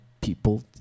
people